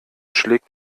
schlägt